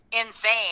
insane